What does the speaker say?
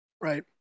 Right